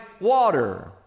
water